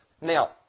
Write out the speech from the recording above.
Now